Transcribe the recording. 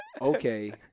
Okay